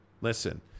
Listen